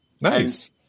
Nice